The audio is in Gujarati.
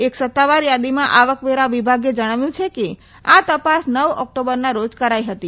એક સત્તાવાર યાદીમાં આવક વેરા વિભાગે જણાવ્યું છે કે આ તપાસ નવ ઓકટોબરના રોજ કરાઇ હતી